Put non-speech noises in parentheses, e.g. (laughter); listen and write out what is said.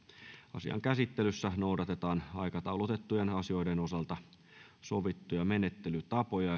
asian käsittelyssä noudatetaan aikataulutettujen asioiden osalta sovittuja menettelytapoja (unintelligible)